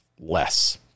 less